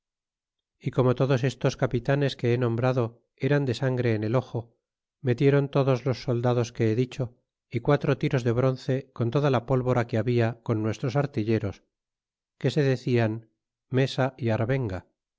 y como todos estos capitanes que he nombrado eran de sangre en el ojo metieron todos los soldados que he dicho y quatro tiros de bronce con toda la pólvora que habia con nuestros artilleros que se decian mesa y arvenga